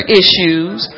issues